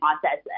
process